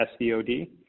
SVOD